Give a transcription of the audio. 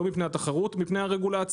לא מפני התחרות, מפני הרגולציה.